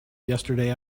yesterday